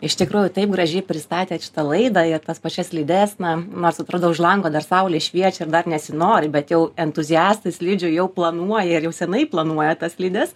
iš tikrųjų taip gražiai pristatėt šitą laidą ir tas pačias slides na nors atrodo už lango dar saulė šviečia ir dar nesinori bet jau entuziastai slidžių jau planuoja ir jau senai planuoja tas slides